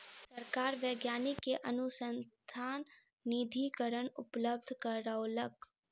सरकार वैज्ञानिक के अनुसन्धान निधिकरण उपलब्ध करौलक